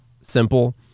simple